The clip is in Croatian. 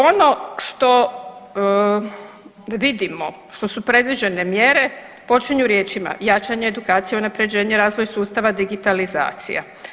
Ono što vidimo, što su predviđene mjere počinju riječima jačanje edukacije, unapređenje, razvoj sustava, digitalizacija.